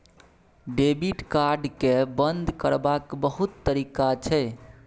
debit card केँ बंद करबाक बहुत तरीका छै